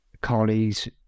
colleagues